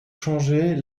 changer